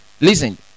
listen